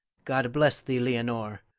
god bless thee, leonore!